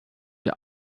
der